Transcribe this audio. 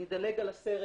אני אדלג על הסרט,